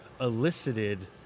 elicited